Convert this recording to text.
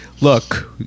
Look